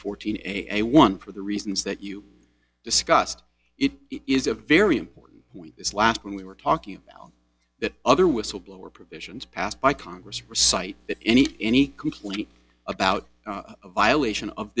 fourteen a one for the reasons that you discussed it is a very important point this last when we were talking about that other whistleblower provisions passed by congress for sight that any any complain about a violation of